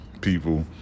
people